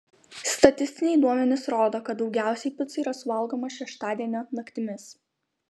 statistiniai duomenys rodo kad daugiausiai picų yra suvalgomą šeštadienio naktimis